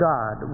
God